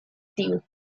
tío